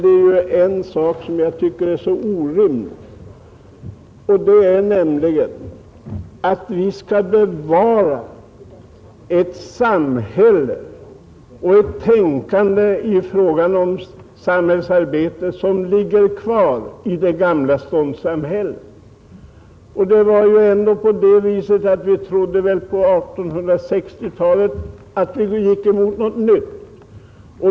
En annan sak som jag tycker är orimlig är att bevara ett tänkesätt i samhällsarbetet som är en kvarleva av det gamla ståndssamhället. På 1860-talet trodde man sig gå mot något nytt.